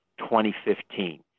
2015